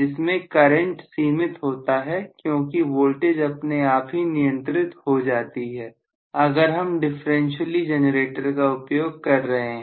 जिसमें करंट सीमित होता है क्योंकि वोल्टेज अपने आप ही नियंत्रित हो जाती है अगर हम डिफरेंस डिफरेंशियली जनरेटर का उपयोग कर रहे हैं